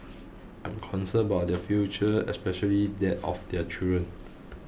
I am concerned about their future especially that of their children